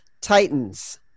Titans